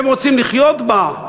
הם רוצים לחיות בה.